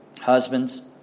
Husbands